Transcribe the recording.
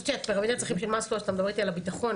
חשבתי פירמידת הצרכים של מאסלו אתה מדבר איתי על הביטחון.